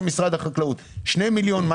2 מיליון שקל,